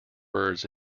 words